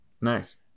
Nice